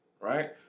right